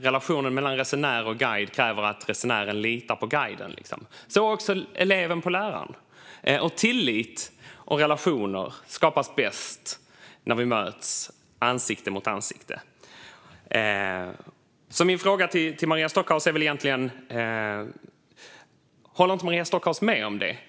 Relationen mellan resenär och guide kräver att resenären litar på guiden, och detsamma gäller mellan eleven och läraren. Tillit och relationer skapas bäst när vi möts ansikte mot ansikte. Håller inte Maria Stockhaus med om detta?